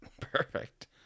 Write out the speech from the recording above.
Perfect